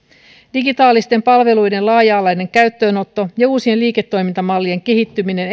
digitaalisten palveluiden laaja alainen käyttöönotto ja uusien liiketoimintamallien kehittyminen